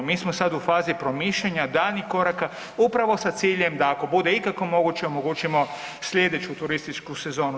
Mi smo sad u fazi promišljanja daljnjih koraka upravo sa ciljem, da ako bude ikako moguće, omogućimo sljedeću turističku sezonu.